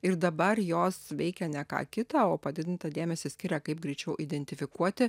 ir dabar jos veikia ne ką kita o padidintą dėmesį skiria kaip greičiau identifikuoti